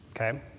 Okay